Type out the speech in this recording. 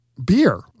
Beer